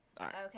Okay